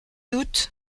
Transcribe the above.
doute